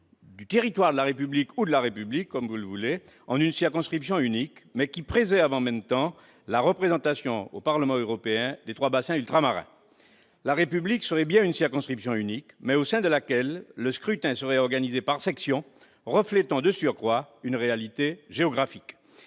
du territoire de la République- ou de la République, comme vous voudrez -en une circonscription unique, tout en préservant la représentation au Parlement européen des trois bassins ultramarins. La République constituerait bien une circonscription unique, mais, au sein de celle-ci, le scrutin serait organisé par sections pour refléter une réalité géographique.